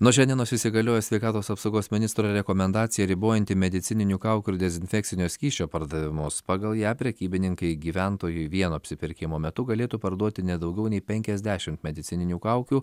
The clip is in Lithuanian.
nuo šiandienos įsigaliojo sveikatos apsaugos ministro rekomendacija ribojanti medicininių kaukių ir dezinfekcinio skysčio pardavimus pagal ją prekybininkai gyventojui vieno apsipirkimo metu galėtų parduoti ne daugiau nei penkiasdešimt medicininių kaukių